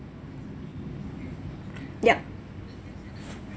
yup